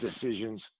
decisions